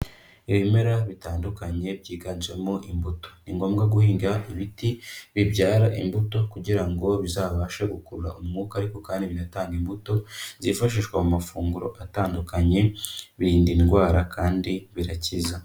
Ibimera bitandukanye byiganjemo imbuto. Ni ngombwa guhinga ibiti bibyara imbuto kugira ngo bizabashe gukurura umwuka ariko kandi binatange imbuto, zifashishwa mu mafunguro atandukanye, birinda indwara kandi birakiza.